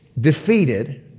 defeated